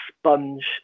sponge